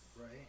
Right